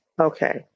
Okay